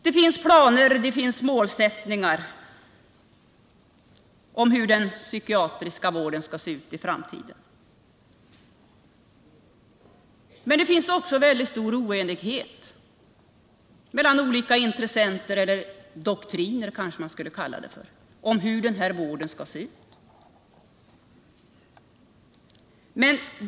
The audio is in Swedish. Det finns planer, det finns målsättningar för hur den psykiatriska vården skall se ut i framtiden. Men det finns också väldigt stor oenighet mellan olika intressenter — eller doktriner kanske man skall kalla det för — om hur den här vården skall se ut.